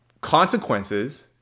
consequences